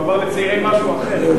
הוא עבר לצעירי משהו אחר.